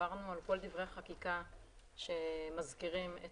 עברנו על כל דברי החקיקה שמזכירים את